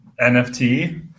NFT